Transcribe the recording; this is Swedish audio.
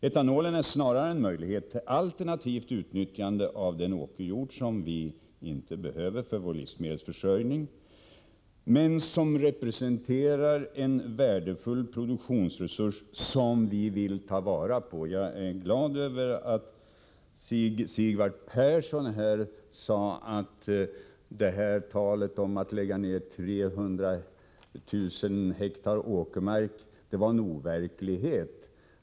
Etanolen är snarare en möjlighet till alternativt utnyttjande av den åkerjord som vi inte behöver för vår livsmedelsförsörjning men som representerar en värdefull produktionsresurs som vi vill ta vara på. Jag är glad över Sigvard Perssons uttalande här att en nedläggning av 300 000 hektar åkermark är en overklighet.